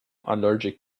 allergic